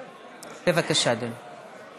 בבקשה, אדוני.